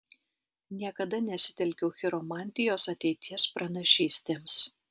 niekada nesitelkiau chiromantijos ateities pranašystėms